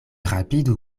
rapidu